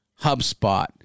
hubspot